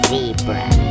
Zebra